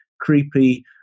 creepy